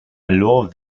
alors